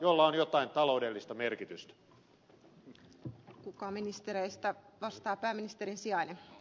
ovatko ne kaikki alat joilla on jotain taloudellista merkitystä